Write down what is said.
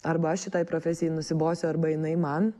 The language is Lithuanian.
arba aš šitai profesijai nusibosiu arba jinai man